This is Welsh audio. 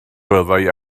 byddai